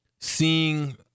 seeing